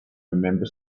remember